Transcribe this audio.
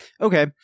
Okay